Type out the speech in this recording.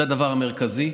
זה הדבר המרכזי.